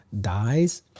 dies